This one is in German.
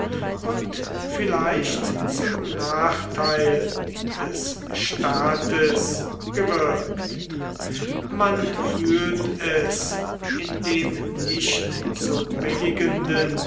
und vielleicht zum nachteil des staates gewirkt man fühlt es in dem nicht zu billigenden